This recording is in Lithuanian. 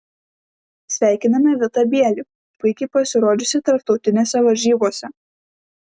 sveikiname vitą bielį puikiai pasirodžiusį tarptautinėse varžybose